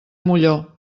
molló